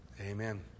Amen